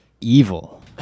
evil